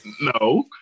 no